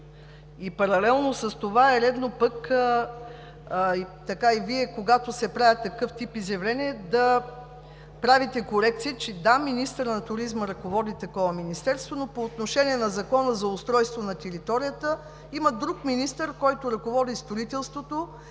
Паралелно с това е редно пък и Вие, когато се правят такъв тип изявления, да правите корекция. Да, министърът на туризма ръководи такова министерство, но по отношение на Закона за устройство на територията има друг министър, който ръководи строителството